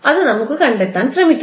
അത് നമുക്ക്കണ്ടെത്താൻ ശ്രമിക്കാം